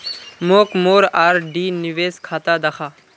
मोक मोर आर.डी निवेश खाता दखा